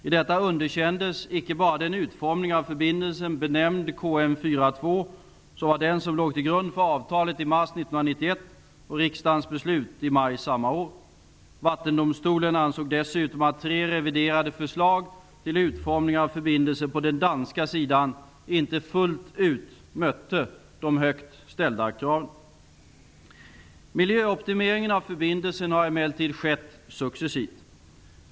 I detta underkändes icke bara den utformning av förbindelsen -- benämnd KM 4.2 -- som var den som låg till grund för avtalet i mars 1991 och för riksdagens beslut i maj samma år. Vattendomstolen ansåg dessutom att tre reviderade förslag till utformning av förbindelsen på den danska sidan inte fullt ut mötte de högt ställda kraven. Miljöoptimeringen av förbindelsen har emellertid skett successivt.